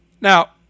now